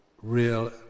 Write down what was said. real